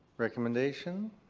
recommendation.